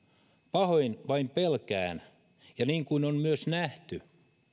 pahoin vain pelkään niin kuin on myös nähty